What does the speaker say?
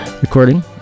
recording